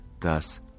thus